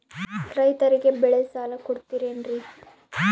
ರೈತರಿಗೆ ಬೆಳೆ ಸಾಲ ಕೊಡ್ತಿರೇನ್ರಿ?